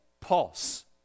pulse